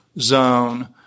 zone